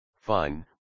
Fine